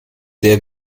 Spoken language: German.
sehr